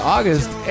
August